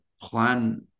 plan